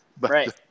Right